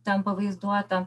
ten pavaizduota